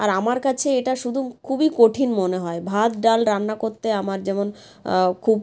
আর আমার কাছে এটা শুধু খুবই কঠিন মনে হয় ভাত ডাল রান্না করতে আমার যেমন খুব